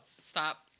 Stop